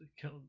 kill